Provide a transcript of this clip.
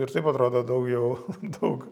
ir taip atrodo daugiau daug